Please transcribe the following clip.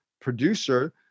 producer